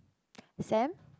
Sam